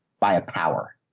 by a power,